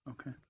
Okay